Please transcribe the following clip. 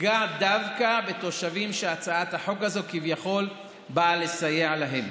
תפגע דווקא בתושבים שהצעת החוק הזאת כביכול באה לסייע להם,